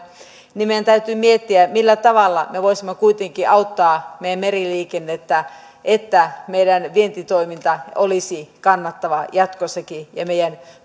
ja meidän täytyy miettiä millä tavalla me voisimme kuitenkin auttaa meidän meriliikennettämme että meidän vientitoimintamme olisi kannattavaa jatkossakin ja meidän